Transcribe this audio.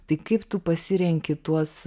tai kaip tu pasirenki tuos